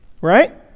right